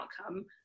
outcome